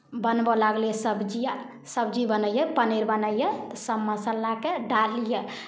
बनबय लागलियै सब्जी आर सब्जी बनैयै पनीर बनैयै तऽ सभ मसालाकेँ डालियै